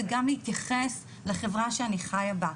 זה גם להתייחס לחברה שאני חיה בה,